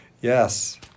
Yes